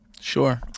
sure